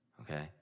Okay